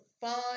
five